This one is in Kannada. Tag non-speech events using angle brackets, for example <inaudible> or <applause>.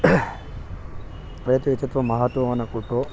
ರೈತ್ರಿಗೆ <unintelligible> ಮಹತ್ವವನ್ನು ಕೊಟ್ಟು